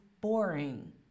boring